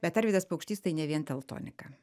bet arvydas paukštys tai ne vien teltonika